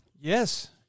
Yes